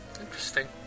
Interesting